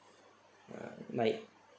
ah like